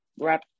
wrap